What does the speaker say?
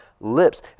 lips